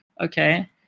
okay